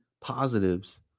positives